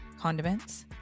condiments